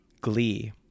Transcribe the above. Glee